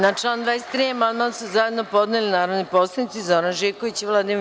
Na član 23. amandman su zajedno podneli narodni poslanici Zoran Živković i Vladimir Pavićević.